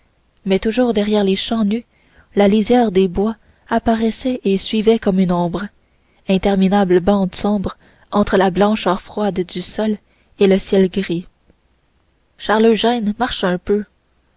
mais toujours derrière les champs nus la lisière des bois apparaissait et suivait comme une ombre interminable bande sombre entre la blancheur froide du sol et le ciel gris charles eugène marche un peu